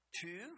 two